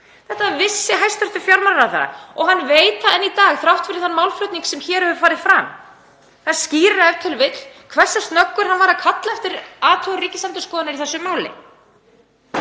Þetta vissi hæstv. fjármálaráðherra og hann veit það enn í dag þrátt fyrir þann málflutning sem hér hefur farið fram. Það skýrir e.t.v. hversu snöggur hann var að kalla eftir athugun Ríkisendurskoðunar í þessu máli.